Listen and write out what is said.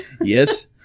yes